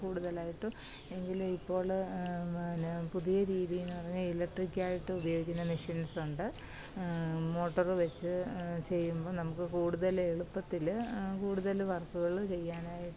കൂടുതലായിട്ടും എങ്കിലും ഇപ്പോൾ പിന്നെ പുതിയ രീതി എന്ന് പറഞ്ഞാൽ ഇലെക്ട്രിക്കായിട്ട് ഉപയോഗിക്കുന്ന മെഷിന്സൊണ്ട് മോട്ടറ് വെച്ച് ചെയ്യുമ്പം നമുക്ക് കൂടുതൽ എളുപ്പത്തിൽ കൂടുതൽ വര്ക്ക്കൾ ചെയ്യാനായിട്ട്